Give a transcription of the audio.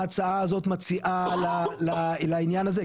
ההצעה הזאת מציעה לעניין הזה,